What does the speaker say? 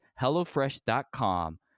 HelloFresh.com